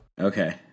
Okay